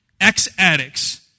ex-addicts